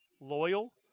loyal